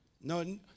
No